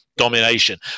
domination